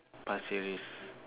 Pasir-Ris